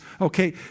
okay